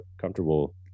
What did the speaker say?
comfortable